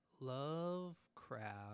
Lovecraft